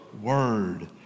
Word